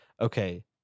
Okay